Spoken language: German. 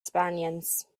spaniens